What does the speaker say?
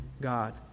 God